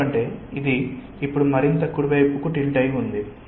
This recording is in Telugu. ఎందుకంటే ఇది ఇప్పుడు మరింత కుడి వైపుకు టిల్ట్ అయి ఉంది